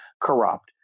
corrupt